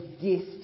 gift